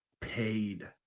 paid